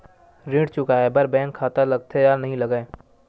ऋण चुकाए बार बैंक खाता लगथे या नहीं लगाए?